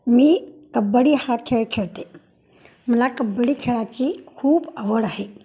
मी कबड्डी हा खेळ खेळते मला कबड्डी खेळाची खूप आवड आहे